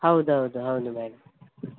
ಹೌದೌದು ಹೌದು ಮೇಡಮ್